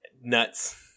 Nuts